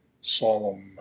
solemn